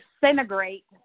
disintegrate